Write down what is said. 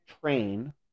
train